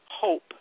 hope